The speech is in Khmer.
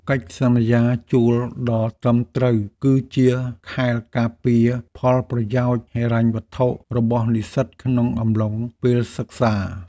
កិច្ចសន្យាជួលដ៏ត្រឹមត្រូវគឺជាខែលការពារផលប្រយោជន៍ហិរញ្ញវត្ថុរបស់និស្សិតក្នុងអំឡុងពេលសិក្សា។